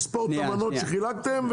יספור את המנות שחילקתם,